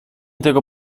tego